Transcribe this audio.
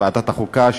ועדת החוקה,